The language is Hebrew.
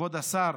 כבוד השר,